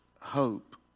hope